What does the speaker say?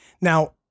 now